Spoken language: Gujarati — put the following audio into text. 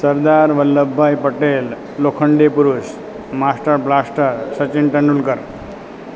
સરદાર વલ્લભભાઈ પટેલ લોખંડી પુરુષ માસ્ટર બ્લાસ્ટર સચિન તેંડુલકર